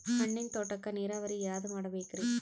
ಹಣ್ಣಿನ್ ತೋಟಕ್ಕ ನೀರಾವರಿ ಯಾದ ಮಾಡಬೇಕ್ರಿ?